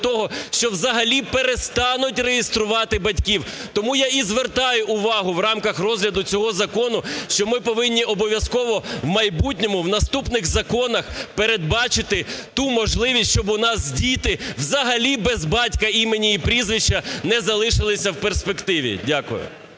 того, що взагалі перестануть реєструвати батьків. Тому я і звертаю увагу в рамках розгляду цього закону, що ми повинні обов'язково в майбутньому в наступних законах передбачити ту можливість, що у нас діти взагалі без батька, імені і прізвища не залишилися в перспективі. Дякую.